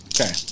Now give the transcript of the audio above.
Okay